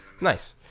Nice